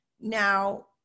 Now